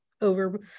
over